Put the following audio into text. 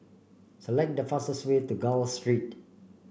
select the fastest way to Gul Street